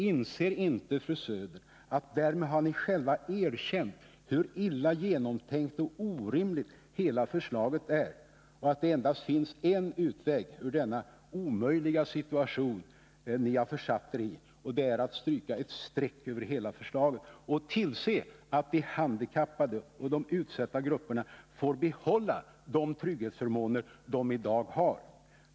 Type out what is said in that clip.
Inser inte fru Söder att därmed har ni själva erkänt hur illa genomtänkt och orimligt hela förslaget är? Det finns bara en utväg ur den omöjliga situation ni har försatt er i, och det är att stryka ett streck över hela förslaget och se till att de handikappade och andra utsatta grupper får behålla de trygghetsförmåner de i dag har.